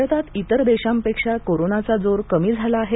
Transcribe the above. भारतात इतर देशांपेक्षा कोरोनाचा जोर कमी झाला आहे